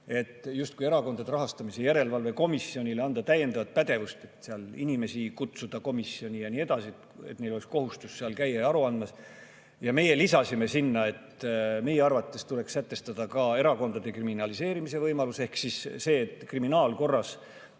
[taheti] Erakondade Rahastamise Järelevalve Komisjonile anda täiendavad pädevused, et inimesi kutsuda komisjoni ja nii edasi ning et neil oleks kohustus seal käia aru andmas. Meie lisasime, et meie arvates tuleks sätestada ka erakondade kriminaliseerimise võimalus ehk siis see, et kriminaalkorras